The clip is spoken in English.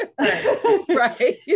right